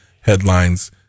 headlines